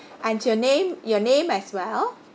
and your name your name as well